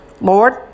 Lord